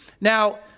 Now